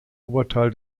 oberteil